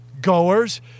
goers